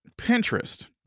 Pinterest